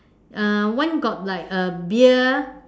uh one got like uh beer